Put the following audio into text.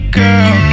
girl